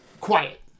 quiet